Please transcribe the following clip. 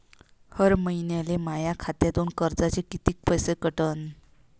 हर महिन्याले माह्या खात्यातून कर्जाचे कितीक पैसे कटन?